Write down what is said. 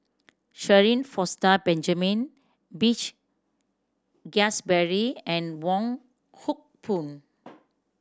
Shirin Fozdar Benjamin Peach Keasberry and Wong Hock Boon